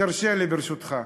תרשה לי, ברשותך: